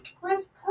Chris